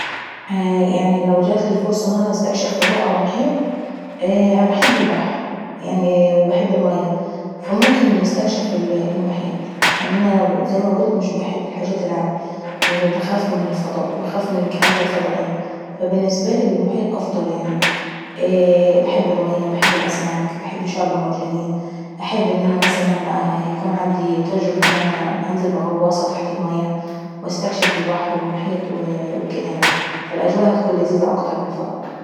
يعني لو جاتلي الفرصة ان انا نستكشف فضاء او محيط؟ انا باحب البحر، فممكن نستكشف المحيط لان انا زي ما قولت مش باحب الأماكن العاليي. ومش باحب الفضاء ولا باحب الكائنات الفضائية. فالنسبة لي المحيط افضل يعناي. انا باحب المية وباحب الأسماك وباحب الشعب المرجانيي. وباحب انا انا يكون عندي مثلا تجربة النزول بالغواصة تحت الميية. ونسكتشف البحر والمحيط واكدا يعناي. فالأجواء هتكون لذيذة خالص بالنسبة لي.